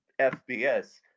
FBS